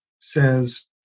says